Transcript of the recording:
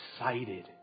excited